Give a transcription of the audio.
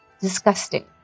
disgusting